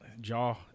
Jaw